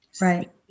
Right